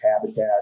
habitat